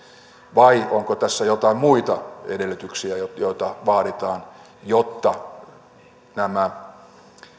vai onko tässä joitain muita edellytyksiä joita joita vaaditaan jotta